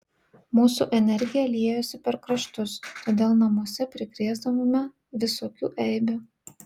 mūsų energija liejosi per kraštus todėl namuose prikrėsdavome visokių eibių